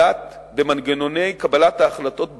במנגנוני קבלת ההחלטות בבנק,